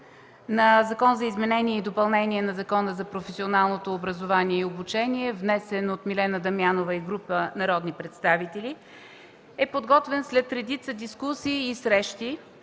за изменение и допълнение на Закона за професионалното образование и обучение, внесен от Милена Дамянова и група народни представители, е подготвен след редица дискусии и срещи